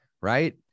Right